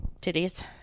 titties